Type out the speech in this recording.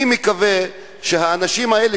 אני מקווה שהאנשים האלה,